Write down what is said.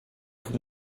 have